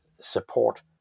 support